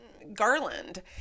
garland